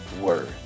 word